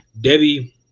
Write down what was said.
debbie